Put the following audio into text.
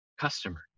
customer